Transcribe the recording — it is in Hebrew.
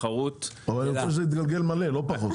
אבל אני רוצה שזה יתגלגל מלא, לא פחות.